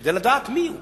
כדי לדעת מי הוא,